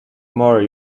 more